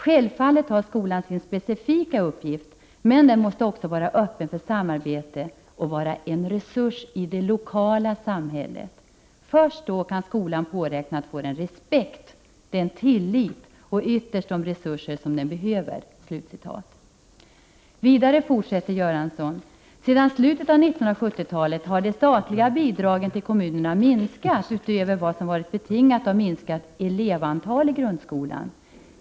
Självfallet har skolan sin specifika uppgift, men den måste också vara öppen för samarbete och vara en resurs i det lokala samhället. Först då kan skolan påräkna att få den respekt, den tillit och ytterst de resurser som den behöver.” Vidare skriver statsrådet Göransson: ”Sedan slutet av 1970-talet har de statliga bidragen till kommunerna minskat utöver vad som varit betingat av minskat elevantal i grundskolan.